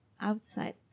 outside